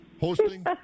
hosting